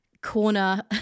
corner